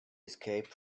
escape